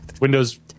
Windows